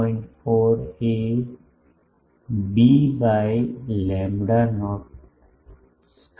4 A B by lambda naught ચોરસ છે